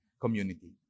community